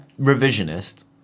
revisionist